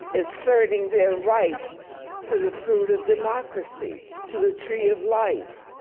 asserting their right to the fruit of democracy, to the tree of life.